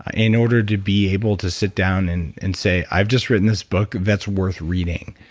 ah in order to be able to sit down and and say, i've just written this book that's worth reading.